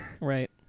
Right